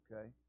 okay